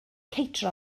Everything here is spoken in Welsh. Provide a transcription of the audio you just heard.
kate